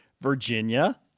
Virginia